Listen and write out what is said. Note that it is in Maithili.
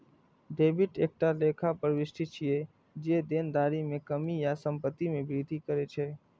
डेबिट एकटा लेखा प्रवृष्टि छियै, जे देनदारी मे कमी या संपत्ति मे वृद्धि करै छै